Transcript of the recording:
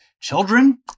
children